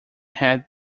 had